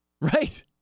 right